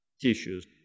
tissues